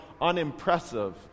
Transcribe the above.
unimpressive